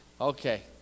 Okay